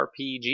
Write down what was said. RPG